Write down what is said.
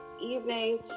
evening